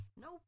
nope